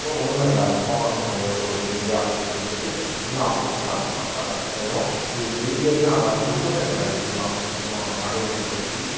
சிவா ஒன்றுமே கிடையாது போன வாரம்தான் என்னுடைய நண்பர் ஒருத்தருக்கு இதே ஆப்ரேஷன் நடந்துச்சு சின்ன ஆப்ரேஷன் தான் பக்கா சக்ஸஸ் ஆகிடும் இது ஃபெய்லியரே ஆகாது ஒன்றுமே கிடையாது சிவா அப்படின்னு சொல்லி அவனை மன தைரியப்படுத்தி